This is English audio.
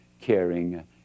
caring